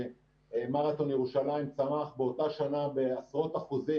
שמרתון ירושלים צמח באותה שנה בעשרות אחוזים